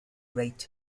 rated